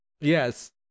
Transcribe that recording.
Yes